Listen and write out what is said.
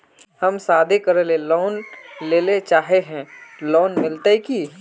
हम शादी करले लोन लेले चाहे है लोन मिलते की?